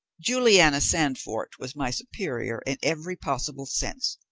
juliana sandfort was my superior in every possible sense,